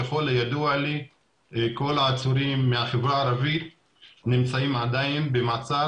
ככל הידוע לי כל העצורים מהחברה הערבית נמצאים עדיין במעצר,